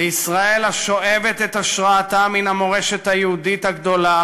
לישראל השואבת את השראתה מן המורשת היהודית הגדולה